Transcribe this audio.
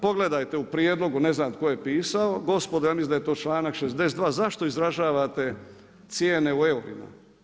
Pogledajte u prijedlogu, ne znam tko je pisao, gospodo, ja mislim da je to čl.62. zašto izražavate cijene u eurima?